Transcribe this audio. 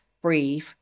breathe